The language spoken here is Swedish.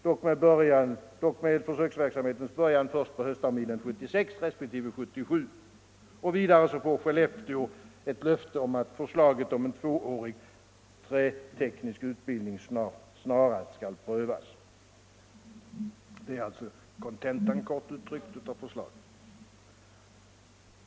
Dock skall försöksverksamheten börja först höstterminen 1976 resp. 1977. Vidare får Skellefteå löfte om att förslaget om en tvåårig träteknisk utbildning snarast skall prövas. Detta är alltså, kort uttryckt, kontentan av förslaget.